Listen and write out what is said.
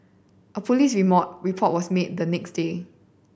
a police report was made the next day